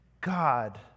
God